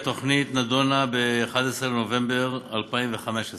התוכנית נדונה ב-11 בנובמבר 2015